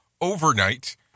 overnight